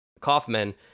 Kaufman